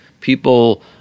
people